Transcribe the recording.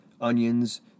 onions